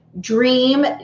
dream